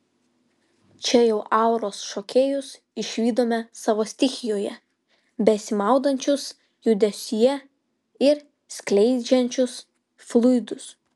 čia jau auros šokėjus išvydome savo stichijoje besimaudančius judesyje ir skleidžiančius fluidus